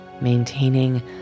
maintaining